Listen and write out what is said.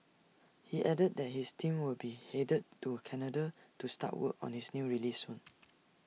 he added that his team will be headed to Canada to start work on his new release soon